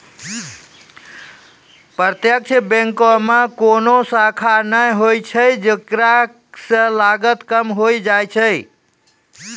प्रत्यक्ष बैंको मे कोनो शाखा नै होय छै जेकरा से लागत कम होय जाय छै